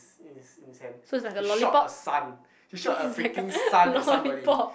is insane he shot a sun he shot a freaking sun at somebody